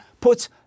puts